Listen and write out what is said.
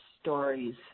stories